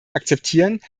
akzeptieren